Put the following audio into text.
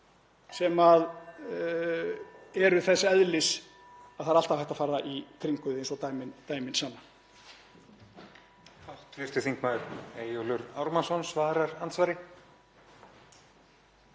sem eru þess eðlis að það er alltaf hægt að fara í kringum þau eins og dæmin sanna.